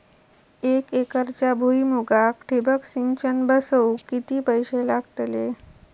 एक एकरच्या भुईमुगाक ठिबक सिंचन बसवूक किती पैशे लागतले?